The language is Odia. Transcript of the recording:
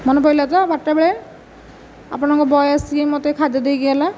ମନେ ପଡ଼ିଲା ତ ବାରଟା ବେଳେ ଆପଣଙ୍କ ବଏ ଆସିକି ମୋତେ ଖାଦ୍ୟ ଦେଇକି ଗଲା